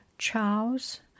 Charles